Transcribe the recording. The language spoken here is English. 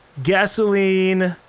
gasoline.